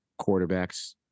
quarterbacks